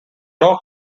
dog